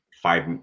five